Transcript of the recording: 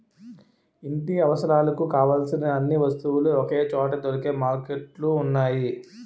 ఇంటి అవసరాలకు కావలసిన అన్ని వస్తువులు ఒకే చోట దొరికే మార్కెట్లు ఉన్నాయి